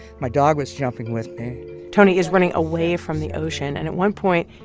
my dog was jumping with me tony is running away from the ocean, and at one point,